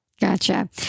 Gotcha